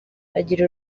agira